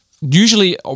Usually